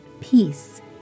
peace